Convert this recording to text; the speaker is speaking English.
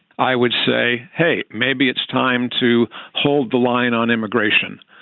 i would say, hey, maybe it's time to hold the line on immigration.